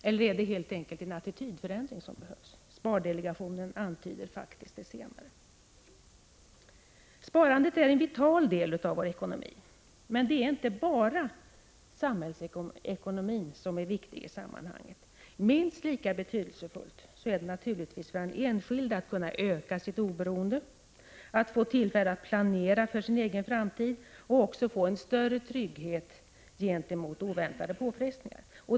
Eller är det helt enkelt en attitydförändring som behövs? — Spardelegationen antyder faktiskt det senare. Sparandet är en vital del av vår ekonomi, men det är inte bara samhällsekonomin som är viktig. Minst lika betydelsfullt är det för den enskilde att kunna öka sitt oberoende, att få tillfälle att planera för sin egen framtid och också att få en större trygghet gentemot oväntade påfrestningar.